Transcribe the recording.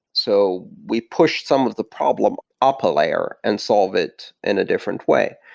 so we pushed some of the problem up a layer and solve it in a different way.